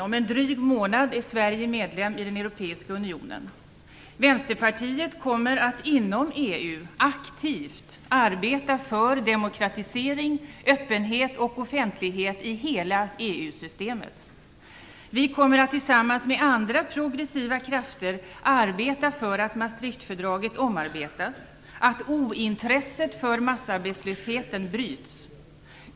Om en dryg månad är Sverige medlem i den europeiska unionen. Vänsterpartiet kommer att inom EU aktivt arbeta för demokratisering, öppenhet och offentlighet i hela EU-systemet. Vi kommer att tillsammans med andra progressiva krafter arbeta för att Maastrichtfördraget omarbetas och för att ointresset för massarbetslösheten bryts.